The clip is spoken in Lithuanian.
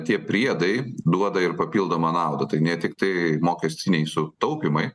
tie priedai duoda ir papildomą naudą tai ne tiktai mokestiniai sutaupymai